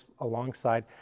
alongside